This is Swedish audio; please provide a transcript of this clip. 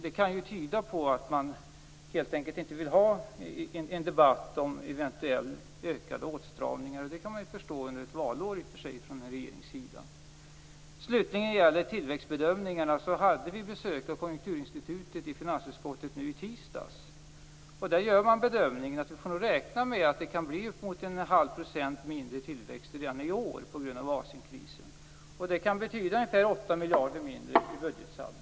Det kan tyda på att man helt enkelt inte vill ha en debatt om eventuella ökade åtstramningar. Det kan jag i och för sig förstå att en regering inte vill under ett valår. Slutligen vill jag när det gäller tillväxtbedömningarna säga att vi hade besök av Konjunkturinstitutet i finansutskottet i tisdags. Man gör bedömningen att vi får räkna med en halv procents mindre tillväxt redan i år på grund av Asienkrisen. Det kan betyda ungefär 8 miljarder mindre i budgetsaldot.